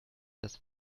das